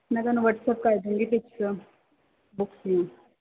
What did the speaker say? ਮੈਂ ਤੁਹਾਨੂੰ ਵੱਟਸਐਪ ਕਰ ਦਊਗੀ ਪਿਕਸ ਬੁੱਕਸ ਦੀਆਂ